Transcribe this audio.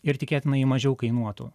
ir tikėtina ji mažiau kainuotų